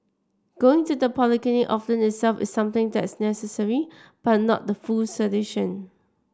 going to the polyclinic often itself is something that's necessary but not the full solution